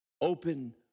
Open